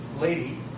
lady